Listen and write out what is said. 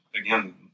again